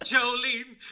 Jolene